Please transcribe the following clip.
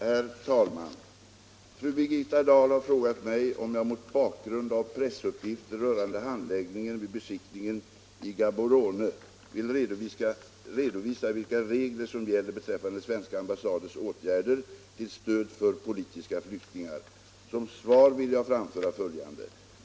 Herr talman! Fru Birgitta Dahl har frågat mig om jag mot bakgrund av pressuppgifter rörande handläggningen vid beskickningen i Gaborone vill redovisa vilka regler som gäller beträffande svenska ambassaders åtgärder till stöd för politiska flyktingar. Som svar vill jag framhålla följande.